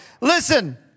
Listen